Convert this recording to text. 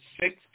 six